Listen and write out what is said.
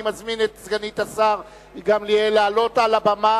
אני מזמין את סגנית השר גמליאל לעלות על הבמה